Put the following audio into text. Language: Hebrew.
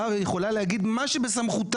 באה ויכולה להגיד מה שבסמכותה,